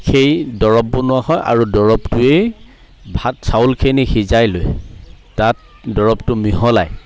সেই দৰৱ বনোৱা হয় আৰু দৰৱটোৱেই ভাত চাউলখিনি সিজাই লৈ তাত দৰৱটো মিহলাই